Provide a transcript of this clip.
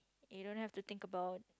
you don't have to think about